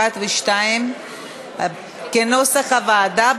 כנוסח הוועדה,